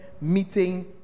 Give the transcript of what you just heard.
meeting